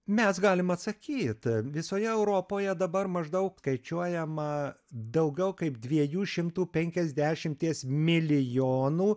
mes galim atsakyt visoje europoje dabar maždaug skaičiuojama daugiau kaip dviejų šimtų penkiasdešimties milijonų